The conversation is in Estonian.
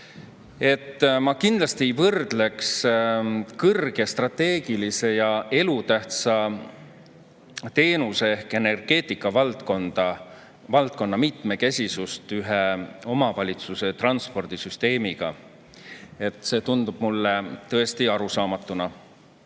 Ma kindlasti ei võrdleks kõrg- ja strateegilise ja elutähtsa teenuse ehk energeetikavaldkonna mitmekesisust ühe omavalitsuse transpordisüsteemiga. See tundub mulle tõesti arusaamatuna.